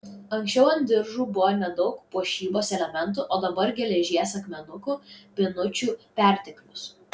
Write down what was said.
anksčiau ant diržų buvo nedaug puošybos elementų o dabar geležies akmenukų pynučių perteklius